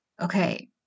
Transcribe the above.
Okay